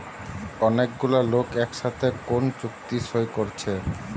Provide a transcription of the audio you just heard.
অনেক গুলা লোক একসাথে কোন চুক্তি সই কোরছে